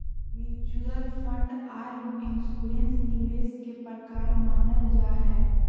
mutual fund आर insurance निवेश के प्रकार मानल जा हय